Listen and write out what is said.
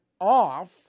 off